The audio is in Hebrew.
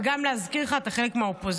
וגם להזכיר לך, אתה חלק מהאופוזיציה.